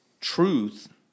truth